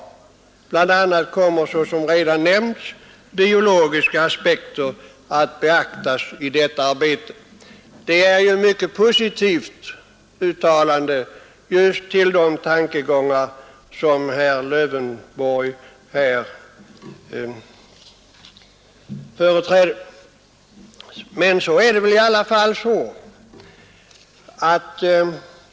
Bl. a. kommer såsom redan nämnts biologiska aspekter att beaktas i detta arbete.” Det är ett mycket positivt uttalande just med avseende på de tankegångar som herr Lövenborg här företräder.